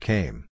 Came